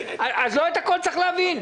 אז לא את הכול צריך להבין.